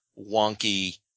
wonky